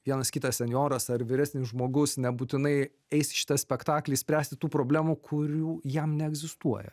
vienas kitas senjoras ar vyresnis žmogus nebūtinai eis į šitą spektaklį spręsti tų problemų kurių jam neegzistuoja